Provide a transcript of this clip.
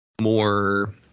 more